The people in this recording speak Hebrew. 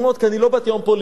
כי אני לא באתי היום פה לעימות,